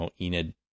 Enid